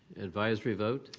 advisory vote?